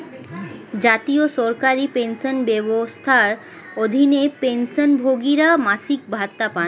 জাতীয় সরকারি পেনশন ব্যবস্থার অধীনে, পেনশনভোগীরা মাসিক ভাতা পান